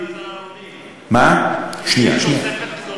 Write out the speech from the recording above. עם תוספת גדולה כזאת,